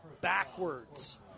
backwards